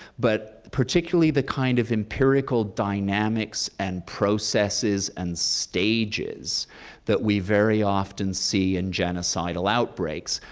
but particularly the kind of empirical dynamics and processes and stages that we very often see in genocidal outbreak?